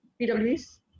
PWS